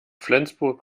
flensburg